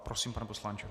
Prosím, pane poslanče.